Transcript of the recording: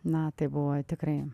na tai buvo tikrai